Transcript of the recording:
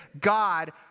God